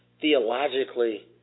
theologically